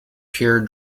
pure